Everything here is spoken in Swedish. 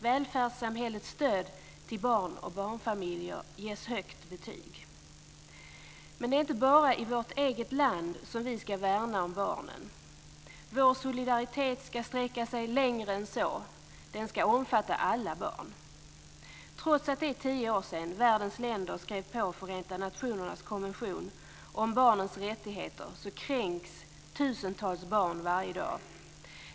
Välfärdssamhällets stöd till barn och barnfamiljer ges högt betyg. Men det är inte bara i vårt eget land som vi ska värna om barnen. Vår solidaritet ska sträcka sig längre än så. Den ska omfatta alla barn. Trots att det är tio år sedan världens länder skrev på Förenta Nationernas konvention om barnens rättigheter kränks tusentals barn varje dag.